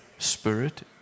spirit